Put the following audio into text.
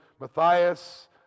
Matthias